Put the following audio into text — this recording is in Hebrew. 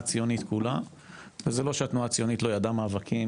הציונית כולה וזה לא שהתנועה הציונית לא ידעה מאבקים,